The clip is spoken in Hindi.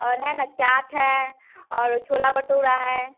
और है ना चाट है और छोला भटूरा है